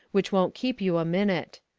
which won't keep you a minute.